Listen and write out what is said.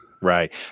Right